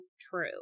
true